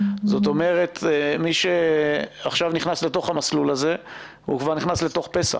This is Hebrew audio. זאת אומרת מי שעכשיו נכנס למסלול כבר נכנס לתך פסח.